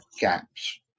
gaps